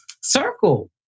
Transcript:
circle